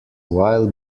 while